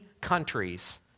countries